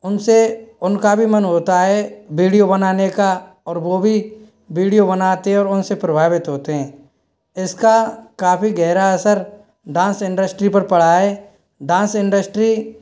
उनसे उनका भी मन होता है वीडियो बनाने का और वो भी वीडियो बनाते हैं और उनसे प्रभावित होते हैं इसका काफ़ी गहरा असर डांस इंडस्ट्री पर पड़ा है डांस इंडस्ट्री